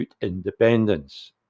independence